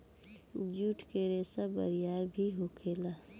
जुट के रेसा बरियार भी होखेला